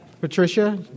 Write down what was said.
Patricia